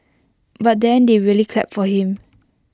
but then they really clapped for him